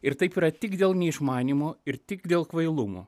ir taip yra tik dėl neišmanymo ir tik dėl kvailumo